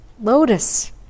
lotus